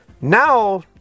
Now